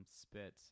spit